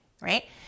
right